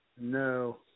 No